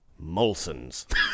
Molsons